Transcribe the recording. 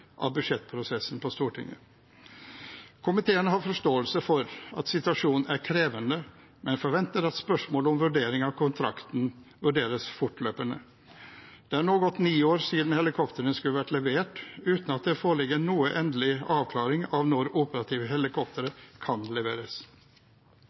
av budsjettprosessen på Stortinget. Komiteen har forståelse for at situasjonen er krevende, men forventer at spørsmålet om vurdering av kontrakten vurderes fortløpende. Det er nå gått ni år siden helikoptrene skulle vært levert, uten at det foreligger noen endelig avklaring av når operative helikoptre